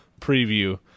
preview